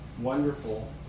wonderful